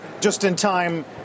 just-in-time